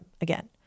again